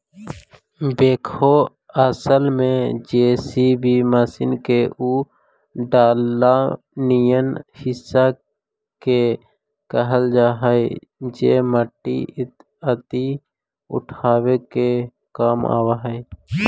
backhoe असल में JCB machine के उ डला निअन हिस्सा के कहल जा हई जे मट्टी आदि उठावे के काम आवऽ हई